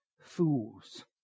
fools